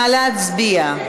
נא להצביע.